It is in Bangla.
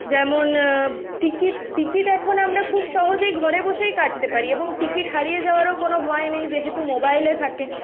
যেমন টিকিট টিকিট এখন আমরা খুব সহজেই ঘরে বসেই কাটতে পারি এবং টিকিট হারিয়ে যাওয়ারও কোনো ভয় নেই যেহেতু মোবাইলে থাকে